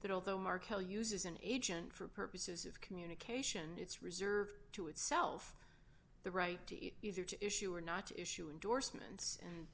that although marco uses an agent for purposes of communication it's reserved to itself the right to use or to issue or not issue indorsements and